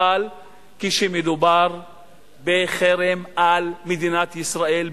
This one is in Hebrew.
אבל כשמדובר בחרם על מדינת ישראל,